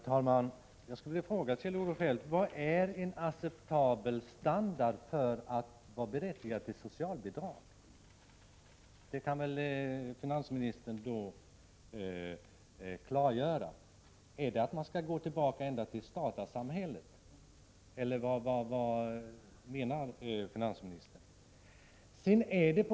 Herr talman! Jag skulle vilja fråga Kjell-Olof Feldt: Vad är en acceptabel standard för att man skall vara berättigad till socialbidrag? Det kan väl finansministern klargöra. Är det att vi skall gå tillbaka ända till statarsamhället, eller vad menar finansministern?